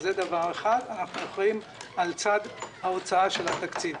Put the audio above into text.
זה דבר אחד: אנחנו אחראים על צד ההוצאה של התקציב.